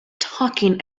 talking